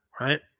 Right